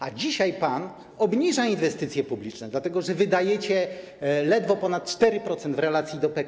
A dzisiaj pan obniża poziom inwestycji publicznych, dlatego że wydajecie ledwo ponad 4% w relacji do PKB.